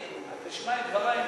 תשמע את דברי.